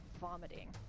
vomiting